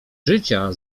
życia